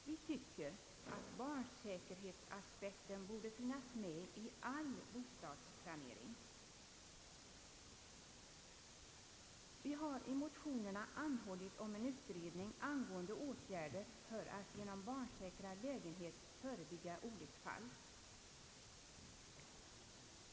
Vi tycker att barnsäkerhetsaspekten borde finnas med i all bostadsplanering. Vi har i motionerna anhållit om en utredning angående åtgärder för att genom barnsäkra lägenheter förebygga olycksfall.